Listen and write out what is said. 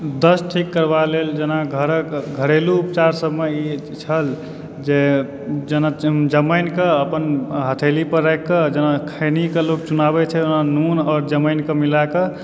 दस्त ठीक करबा लेल जेना घरक घरेलू उपचार मे सब ई छल जे जेना जमाइन के अपन हथेली पर राखि कऽ जेना खैनी के लोक चुनाबै छै ओना नून आउर जमाइन के मिलाकऽ